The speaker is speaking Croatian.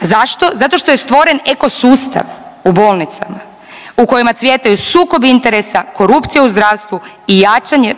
Zašto? Zato što je stvoren eko sustav u bolnicama u kojima cvjetaju sukob interesa, korupcija u zdravstvu i jačanje